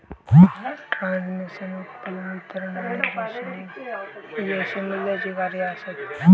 transmission, उत्पादन, वितरण आणि रेशनिंग हि अशी मूल्याची कार्या आसत